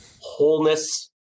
wholeness